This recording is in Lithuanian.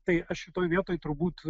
tai aš šitoj vietoj turbūt